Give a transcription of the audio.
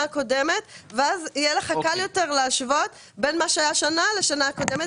הקודמת ואז יהיה לך קל יותר להשוות בין מה שהיה השנה לשנה קודמת.